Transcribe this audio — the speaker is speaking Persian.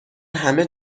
همه